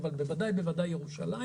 אבל בוודאי בירושלים,